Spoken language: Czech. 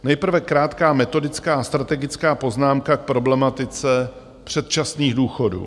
Nejprve krátká metodická strategická poznámka k problematice předčasných důchodů.